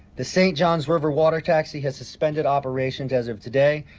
the st. johns river water taxi has suspended operations as of today.